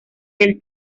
del